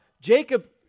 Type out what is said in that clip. Jacob